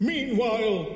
Meanwhile